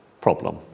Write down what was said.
problem